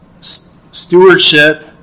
stewardship